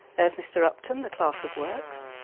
there's mr upton, the clerk of works,